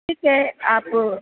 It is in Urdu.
ٹھیک ہے آپ